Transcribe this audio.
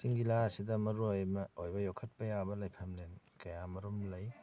ꯀꯛꯆꯤꯡ ꯖꯤꯂꯥ ꯑꯁꯤꯗ ꯃꯔꯨ ꯑꯣꯏꯕ ꯑꯣꯏꯕ ꯌꯣꯛꯈꯠꯄ ꯌꯥꯕ ꯂꯥꯏꯐꯝ ꯂꯦꯟ ꯀꯌꯥ ꯃꯔꯣꯝ ꯂꯩ